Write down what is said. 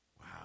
Wow